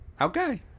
Okay